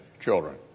children